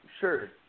Sure